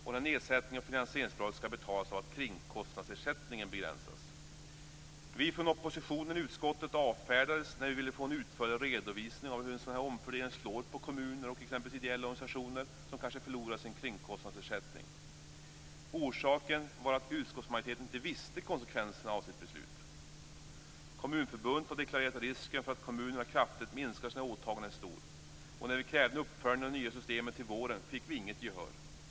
Denna minskning av finansieringsbidraget skall betalas genom att kringkostnadsersättningen begränsas. Vi från oppositionen i utskottet avfärdades när vi ville få en utförligare redovisning av hur en sådan omfördelning slår för kommuner och ideella organisationer som kanske förlorar sin kringkostnadsersättning. Orsaken var att utskottsmajoriteten inte visste konsekvenserna av sitt beslut. Kommunförbundet har deklarerat att risken för att kommunerna kraftigt minskar sina åtaganden är stor. När vi krävde en uppföljning av det nya systemet till våren fick vi inget gehör.